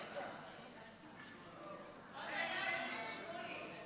אדוני.